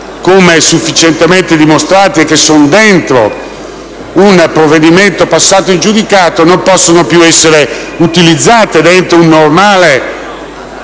come sufficientemente dimostrati e che sono dentro un provvedimento passato in giudicato non possono più essere utilizzate, secondo un normale